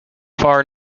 far